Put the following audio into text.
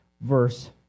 verse